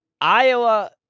Iowa